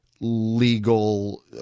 legal